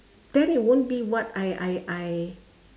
then it won't be what I I I